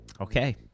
Okay